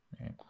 right